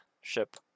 ship